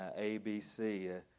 ABC